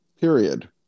period